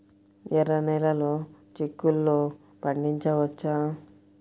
ఎర్ర నెలలో చిక్కుల్లో పండించవచ్చా?